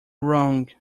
wrong